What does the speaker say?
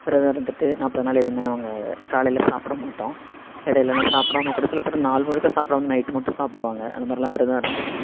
விரதம் இருந்துவிட்டு நாற்பது நாள் எதுவுமே நாங்கள் காலையில் சாப்பிட மாட்டோம் இடையிலல்லாம் சாப்பிடாம கூட சில பேர் நாள் முழுக்க சாப்பிடாம நைட்டு மட்டும் சாப்பிடுவாங்க அது மாதிரிலாம் விரதம் இருந்து